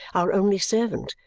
our only servant,